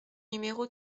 numéro